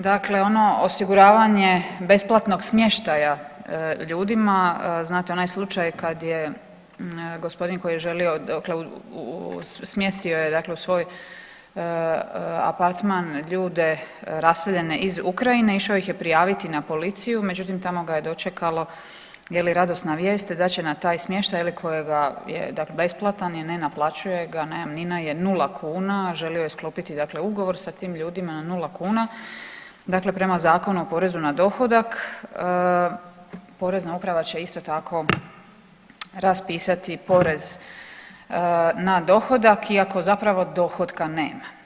Dakle, onog osiguravanje besplatnog smještaja ljudima, znate onaj slučaj kad je gospodin koji je želio, dakle smjestio je dakle u svoj apartman ljude raseljene iz Ukrajine, išao ih je prijaviti na policiju međutim tamo ga je dočekalo je li radosna vijest da će na taj smještaj koje ga je, besplatan je, ne naplaćuje ga, najamnina je nula kuna, želi je sklopiti dakle ugovor sa tim ljudima na nula kuna, dakle prema Zakonu o porezu na dohodak Porezna uprava će isto tako raspisati porez na dohodak iako zapravo dohotka nema.